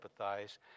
empathize